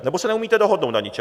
Nebo se neumíte dohodnout na ničem.